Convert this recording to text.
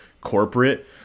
corporate